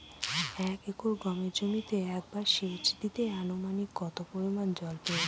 এক একর গমের জমিতে একবার শেচ দিতে অনুমানিক কত পরিমান জল প্রয়োজন?